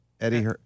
Eddie